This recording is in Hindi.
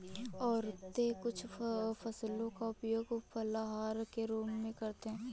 औरतें कुछ फसलों का उपयोग फलाहार के रूप में करते हैं